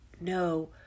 no